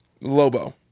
Lobo